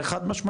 זה חד משמעית.